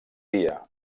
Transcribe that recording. dia